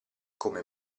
come